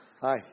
Hi